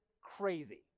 crazy